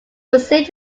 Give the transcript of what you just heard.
received